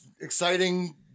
exciting